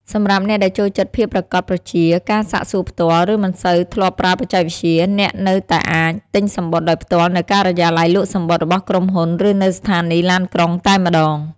សម្រាប់អ្នកដែលចូលចិត្តភាពប្រាកដប្រជា ការសាកសួរផ្ទាល់ ឬមិនសូវធ្លាប់ប្រើបច្ចេកវិទ្យា អ្នកនៅតែអាច ទិញសំបុត្រដោយផ្ទាល់នៅការិយាល័យលក់សំបុត្ររបស់ក្រុមហ៊ុន ឬនៅស្ថានីយ៍ឡានក្រុង តែម្តង។